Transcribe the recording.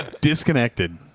disconnected